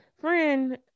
friend